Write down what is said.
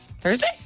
Thursday